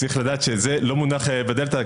צריך לדעת שזה לא מונח בדלתא,